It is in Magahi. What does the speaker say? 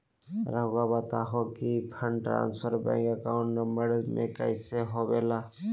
रहुआ बताहो कि fund transfer bank account number में कैसे होबेला?